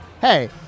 hey